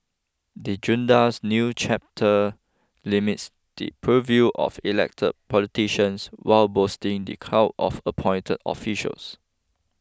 the junta's new charter limits the purview of elected politicians while boosting the clout of appointed officials